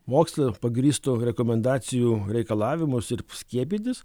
moksle pagrįstų rekomendacijų reikalavimus skiepytis